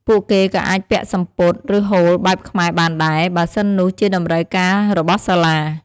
ពួកគេ ក៏អាចពាក់សំពត់ ឬ ហូលបែបខ្មែរបានដែរ បើសិននោះជាតម្រូវការរបស់សាសា។